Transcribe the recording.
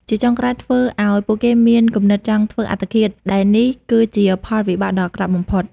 ជាចុងក្រោយធ្វើឲ្យពួកគេមានគំនិតចង់ធ្វើអត្តឃាតដែលនេះគឺជាផលវិបាកដ៏អាក្រក់បំផុត។